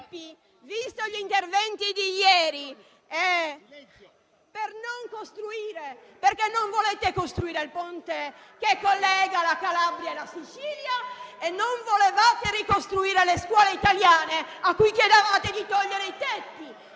visti gli interventi di ieri, è per non costruire: non volete costruire il ponte che collega la Calabria e la Sicilia e non volevate ricostruire le scuole italiane, a cui chiedevate di togliere i tetti.